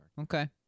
Okay